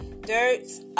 Dirt's